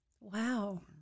Wow